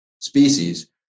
species